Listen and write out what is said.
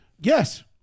Yes